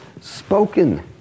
spoken